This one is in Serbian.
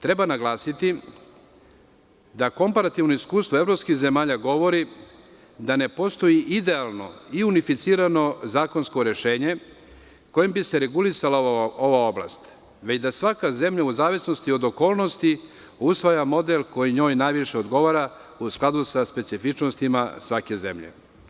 Treba naglasiti da komparativna iskustva evropskih zemalja govore da ne postoji idealno i unificirano zakonsko rešenje kojim bi se regulisala ova oblast, već da svaka zemlja u zavisnosti od okolnosti, usvaja model koji njoj najviše odgovara u skladu sa specifičnostima svake zemlje.